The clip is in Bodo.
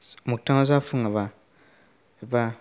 मोगथाङा जाफुङाबा एबा